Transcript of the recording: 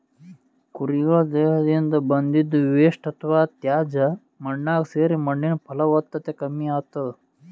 ಕುರಿಗಳ್ ದೇಹದಿಂದ್ ಬಂದಿದ್ದ್ ವೇಸ್ಟ್ ಅಥವಾ ತ್ಯಾಜ್ಯ ಮಣ್ಣಾಗ್ ಸೇರಿ ಮಣ್ಣಿನ್ ಫಲವತ್ತತೆ ಕಮ್ಮಿ ಆತದ್